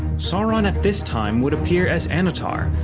sauron at this time would appear as annatar,